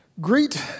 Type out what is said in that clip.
Greet